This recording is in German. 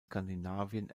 skandinavien